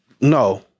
No